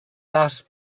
that